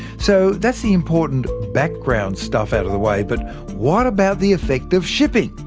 so that's the important background stuff out of the way. but what about the effect of shipping?